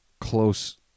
close